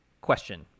question